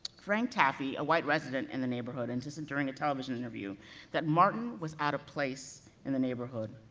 frank taaffe, a a white resident in the neighborhood, insisted during a television interview that martin was out of place in the neighborhood,